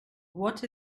what